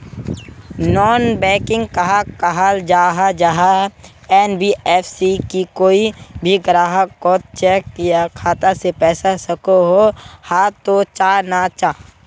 Non banking कहाक कहाल जाहा जाहा एन.बी.एफ.सी की कोई भी ग्राहक कोत चेक या खाता से पैसा सकोहो, हाँ तो चाँ ना चाँ?